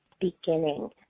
beginning